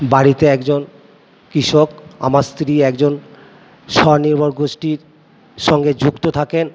বাড়িতে একজন কৃষক আমার স্ত্রী একজন স্বনির্ভর গোষ্টীর সঙ্গে যুক্ত থাকেন